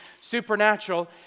supernatural